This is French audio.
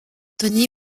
tony